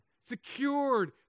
secured